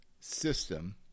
system